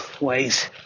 ways